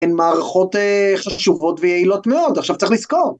הן מערכות חשובות ויעילות מאוד עכשיו צריך לזכור.